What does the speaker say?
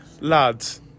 lads